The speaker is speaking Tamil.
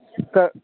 அக்கா